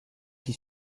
qui